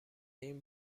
این